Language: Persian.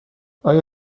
آیا